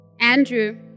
Andrew